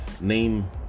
name